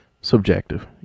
Subjective